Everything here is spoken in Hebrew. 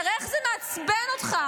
תראה איך זה מעצבן אותך.